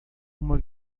uma